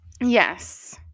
yes